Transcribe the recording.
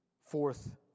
Fourth